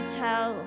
tell